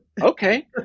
Okay